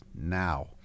now